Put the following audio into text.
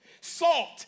Salt